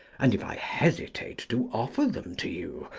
and if i hesitate to offer them to you,